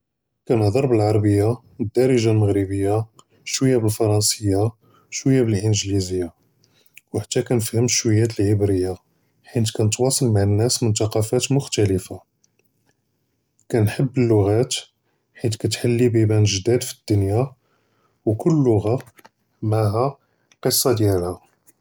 כַּנְהַדֵּר בְּאַלְעַרַבִיָה בְּדַרְג'ה מַרַאקְשִיָה שְווַיַّا בְּאַלְפְרַנְסִי שְווַיַّا בְּאַלְאַנְגְּלִיזִי וְחַתִּּי כַּנְפְהַם שְווַיַّا דִּאַלְעִבְרִית חִיַת קַתְוַאסַל מַעַ נָאס מִן תַּקָּפוּת מֻכְתֶלֶפֶה כַּנְחֵבּ אֶלְלוּגוֹת חִיַת קַאתְחַלִּי בִּיבַּאן גְדּוּד פִי אֶלְדּוּנְיָא וְכּוּלּ לוּגָה מְעַהָּא אֶלְקִصָּה דִּיַאלְהָ.